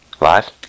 Live